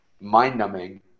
mind-numbing